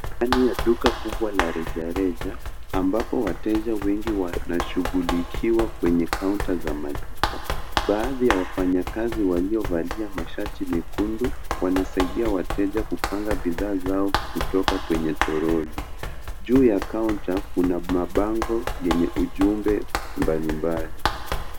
Dani ya duka kubwa la rejareja ambapo wateja wengi wanashughulikiwa kwenye kauta za malipo. Baadhi ya wafanya kazi waliovalia mshati mekundu wanasaidia wateja kupanga bidhaa zao kutoka kwenye toroli. Juu ya kaunta kuna mabango yenye ujumbe mbalimbali.